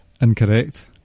Incorrect